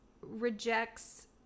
rejects